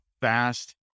fast